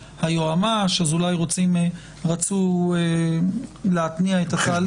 היועמ"ש אז אולי רצו להתניע את התהליך.